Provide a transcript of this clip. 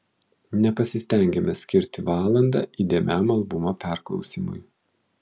nepasistengiame skirti valandą įdėmiam albumo perklausymui